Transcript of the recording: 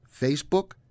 Facebook